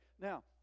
Now